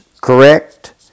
correct